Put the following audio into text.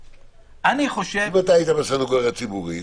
אם אתה היית בסנגוריה ציבורית,